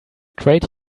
trade